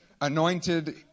anointed